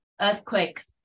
Earthquake